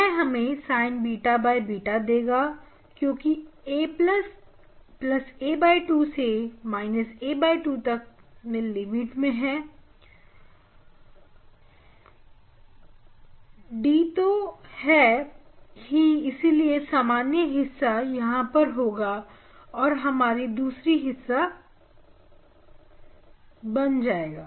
यह हमें Sinββ देगा क्योंकि a2 से a2 तक लिमिट में d तू है ही इसीलिए यह सामान्य हिस्सा यहां पर होगा और यह हमारी दूसरी हिस्सा बन जाएगा